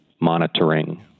monitoring